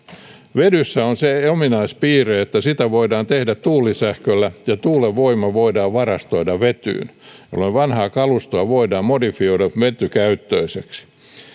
vedyssä on se ominaispiirre että sitä voidaan tehdä tuulisähköllä ja tuulen voima voidaan varastoida vetyyn vanhaa kalustoa voidaan modifioida vetykäyttöiseksi